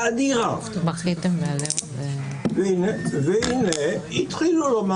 להוציא ונקודת הסיום שלי צריכה להיות ואני יודע שזו נקודה קשה